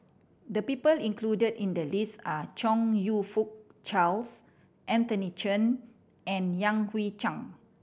the people included in the list are Chong You Fook Charles Anthony Chen and Yan Hui Chang